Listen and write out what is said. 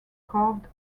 carved